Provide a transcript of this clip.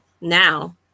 now